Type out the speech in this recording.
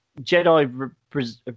jedi